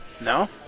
No